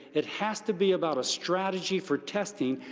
it has to be about a strategy for testing.